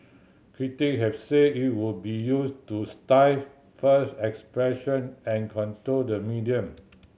critic have said it could be used to stifles expression and control the media